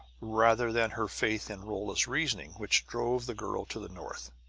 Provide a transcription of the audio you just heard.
rather than her faith in rolla's reasoning, which drove the girl to the north.